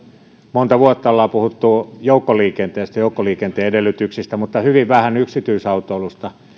monta vuotta ollaan puhuttu joukkoliikenteestä ja joukkoliikenteen edellytyksistä mutta hyvin vähän yksityisautoilusta